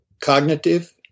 cognitive